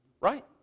Right